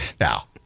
Now